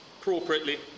appropriately